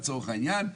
לצורך העניין,